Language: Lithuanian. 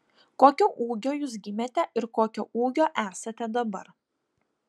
kokio ūgio jūs gimėte ir kokio ūgio esate dabar